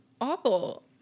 awful